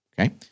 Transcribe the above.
Okay